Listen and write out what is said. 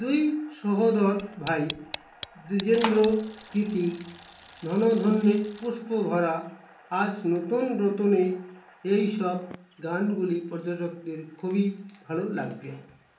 দুই সহোদর ভাই দিজেন্দ্র গীতি ধন ধান্যে পুষ্পভরা আজ নতুন রতনে এই সব গানগুলি পর্যটকদের খুবই ভালো লাগবে